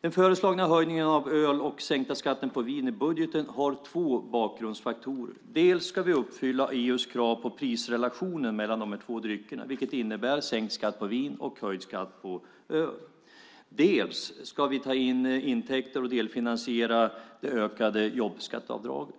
Den föreslagna höjningen av ölskatten och den sänkta skatten på vin i budgeten har två bakgrundsfaktorer. Vi ska uppfylla EU:s krav på prisrelationen mellan de två dryckerna, vilket innebär sänkt skatt på vin och höjd skatt på öl. Till en del ska vi ta in intäkter och delfinansiera det ökade jobbskatteavdraget.